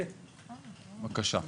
בבקשה.